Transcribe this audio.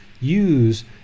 use